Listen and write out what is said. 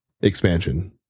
expansion